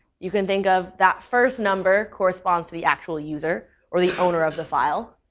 you can think of that first number corresponds to the actual user or the owner of the file,